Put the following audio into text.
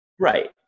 Right